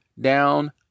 down